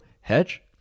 Hedge